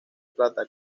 plata